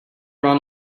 run